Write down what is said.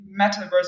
metaverse